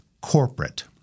corporate